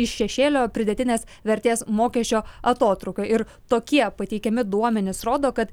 iš šešėlio pridėtinės vertės mokesčio atotrūkio ir tokie pateikiami duomenys rodo kad